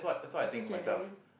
I also January